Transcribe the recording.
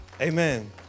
Amen